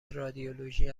رادیولوژی